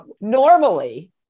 Normally